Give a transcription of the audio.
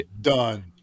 Done